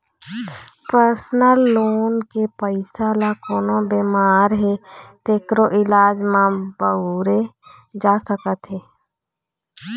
personal loan के पइसा ल कोनो बेमार हे तेखरो इलाज म बउरे जा सकत हे